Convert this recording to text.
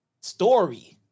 Story